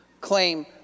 claim